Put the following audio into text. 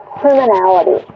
criminality